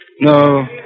No